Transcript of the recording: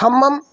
Khammam